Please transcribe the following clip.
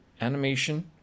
animation